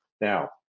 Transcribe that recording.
Now